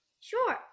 Sure